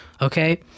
Okay